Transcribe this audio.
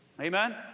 Amen